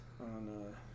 On